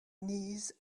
knees